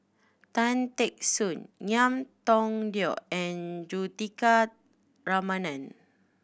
Tan Teck Soon Ngiam Tong Dow and Juthika Ramanathan